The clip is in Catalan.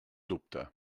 dubte